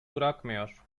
bırakmıyor